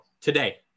today